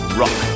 rock